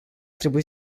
trebui